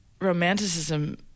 romanticism